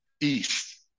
East